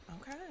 Okay